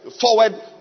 forward